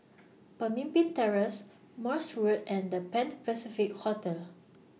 Pemimpin Terrace Morse Road and The Pan Pacific Hotel